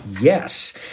Yes